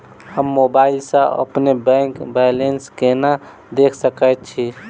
हम मोबाइल सा अपने बैंक बैलेंस केना देख सकैत छी?